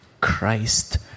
Christ